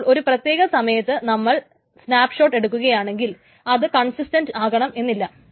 അപ്പോൾ ഒരു പ്രത്യേക സമയത്ത് നമ്മൾ സ്നാപ്ഷോട്ട് എടുക്കുകയാണെങ്കിൽ അത് കൺസിസ്റ്റൻറ്റ് ആകണമെന്നില്ല